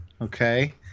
Okay